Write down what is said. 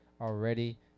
already